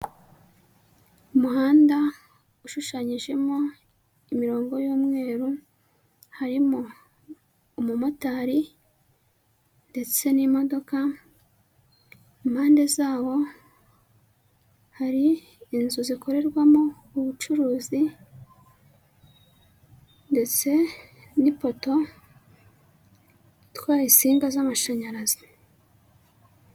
Umuhanda ushushanyijemo imirongo y'umweru, harimo umumotari ndetse n'imodoka, impande zaho hari inzu zikorerwamo ubucuruzi ndetse n'ipoto itwara insinga z'amashanyarazi.